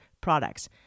products